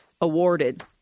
awarded